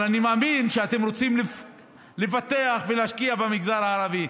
אני מאמין שאתם רוצים לפתח ולהשקיע במגזר הערבי,